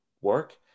work